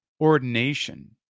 ordination